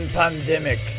pandemic